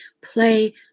play